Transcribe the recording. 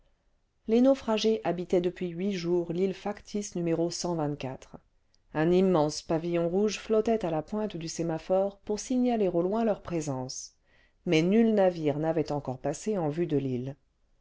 les naufragés habitaient depuis huit jours l'île factice n un immense pavillon rouge flottait à la pointe du sémaphore pour signaler au loin leur présence mais nul navire n'avait encore passé en vue de l'île